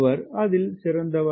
அவர் அதில் சிறந்தவர்